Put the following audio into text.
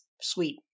sweet